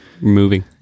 Moving